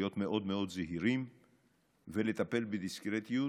להיות מאוד מאוד זהירים ולטפל בדיסקרטיות.